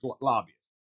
lobbyists